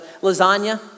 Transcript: Lasagna